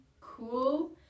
cool